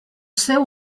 seu